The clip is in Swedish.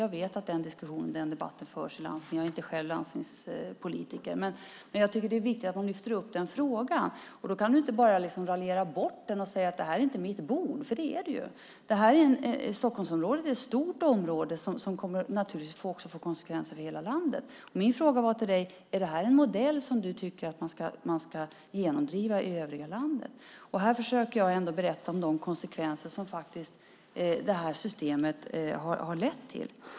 Jag vet att den diskussionen förs i landstinget även om jag själv inte är landstingspolitiker. Jag tycker att det är viktigt att man lyfter fram den här frågan. Då kan du inte bara raljera bort den och säga att det inte är ditt bord. Det är det ju. Stockholmsområdet är stort, så det här kommer naturligtvis att få konsekvenser för hela landet. Min fråga till dig var: Är det här en modell som du tycker att man ska genomdriva i övriga landet? Här försöker jag ändå berätta om de konsekvenser som det här systemet har fått.